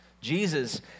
Jesus